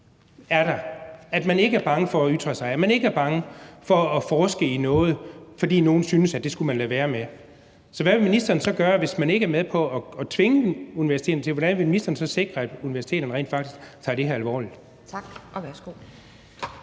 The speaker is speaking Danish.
til at man ikke er bange for at ytre sig, og at man ikke er bange for at forske i noget, fordi nogle synes, at det skulle man lade være med. Så hvad vil ministeren gøre, hvis man ikke er med på at tvinge universiteterne til det? Hvordan vil ministeren så sikre, at universiteterne rent faktisk tager det her alvorligt? Kl.